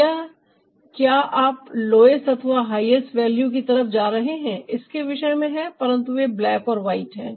यह क्या आप लोएस्ट अथवा हाईएस्ट वैल्यू की तरफ जा रहे हैं इसके विषय में है परंतु वे ब्लैक और वाइट हैं